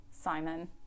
Simon